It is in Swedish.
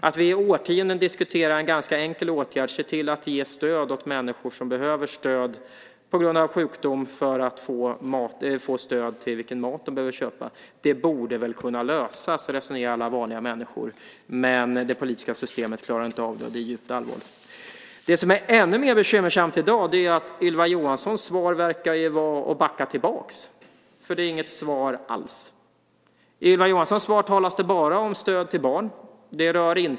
Under årtionden diskuterar vi en ganska enkel åtgärd, att se till att människor som behöver stöd på grund av sjukdom får stöd till den mat de behöver köpa. Det borde väl kunna lösas, resonerar alla vanliga människor. Men det politiska systemet klarar inte av det, och det är djupt allvarligt. Det som är ännu mer bekymmersamt i dag är att Ylva Johanssons svar verkar vara att backa tillbaka, för det är inget svar alls. I Ylva Johanssons svar talas det bara om stöd till barn.